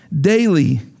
daily